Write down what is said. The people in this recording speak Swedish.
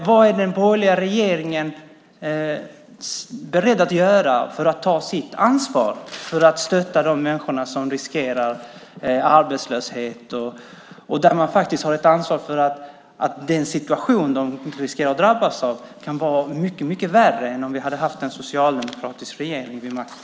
Vad är den borgerliga regeringen beredd att göra för att ta sitt ansvar för att stötta de människor som riskerar arbetslöshet? Man har faktiskt ett ansvar för att den situation som de riskerar att drabbas av kan vara mycket värre än om vi hade haft en socialdemokratisk regering vid makten.